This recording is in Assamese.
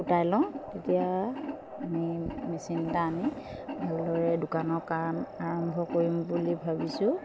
গোটাই লওঁ তেতিয়া আমি মেচিন এটা আনি ভালদৰে দোকানৰ কাম আৰম্ভ কৰিম বুলি ভাবিছোঁ